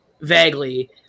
vaguely